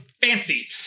fancy